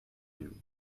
you